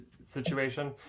situation